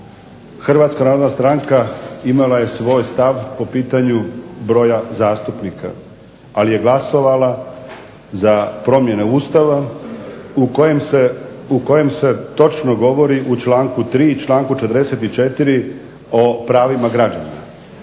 Hrvatska narodna stranka imala je svoj stav po pitanju broja zastupnika ali je glasovala za promjene Ustava u kojem se točno govori u članku 3. i 44. o pravima građana.